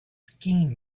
skiing